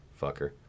Fucker